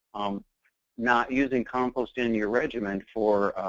um not using compost in your regimen for